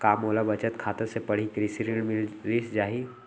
का मोला बचत खाता से पड़ही कृषि ऋण मिलिस जाही?